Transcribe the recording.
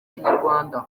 inyarwanda